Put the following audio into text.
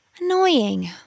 Annoying